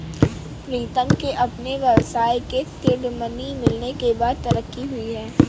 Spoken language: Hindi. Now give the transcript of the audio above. प्रीतम के अपने व्यवसाय के सीड मनी मिलने के बाद तरक्की हुई हैं